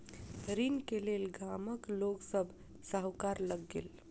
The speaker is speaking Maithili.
ऋण के लेल गामक लोक सभ साहूकार लग गेल